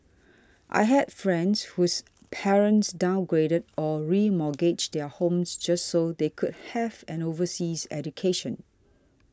I had friends whose parents downgraded or remortgaged their homes just so they could have an overseas education